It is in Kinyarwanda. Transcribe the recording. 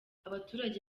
abaturage